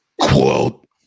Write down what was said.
Quote